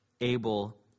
able